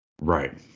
Right